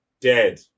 dead